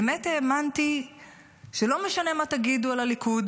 באמת האמנתי שלא משנה מה תגידו על הליכוד